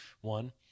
one